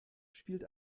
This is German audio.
spielt